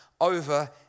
over